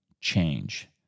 change